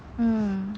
mm